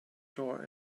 door